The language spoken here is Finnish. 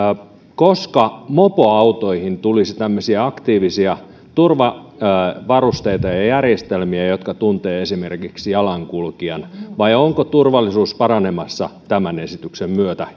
koska mopoautoihin tulisi tämmöisiä aktiivisia turvavarusteita ja järjestelmiä jotka tuntevat esimerkiksi jalankulkijan vai onko turvallisuus paranemassa tämän esityksen myötä